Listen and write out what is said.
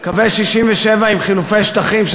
קווי 67' עם חילופי שטחים,